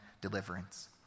deliverance